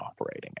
operating